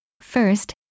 First